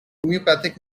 homeopathic